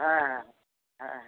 হ্যাঁ হ্যাঁ হ্যাঁ হ্যাঁ হ্যাঁ